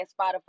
Spotify